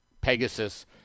Pegasus